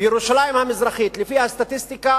בירושלים המזרחית, לפי הסטטיסטיקה